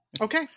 Okay